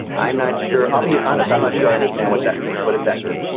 i'm not sure. i'll be honest. i'm not sure i understand what that means. what does that mean?